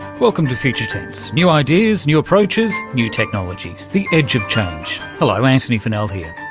welcome to future tense, new ideas, new approaches, new technologies, the edge of change. hello, antony funnell here.